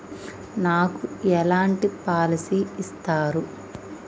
నాకు ఎలాంటి పాలసీ ఇస్తారు?